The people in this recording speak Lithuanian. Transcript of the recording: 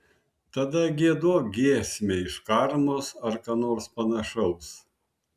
tada giedok giesmę iš karmos ar ką nors panašaus